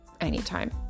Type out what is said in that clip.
anytime